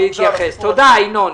תודה, ינון.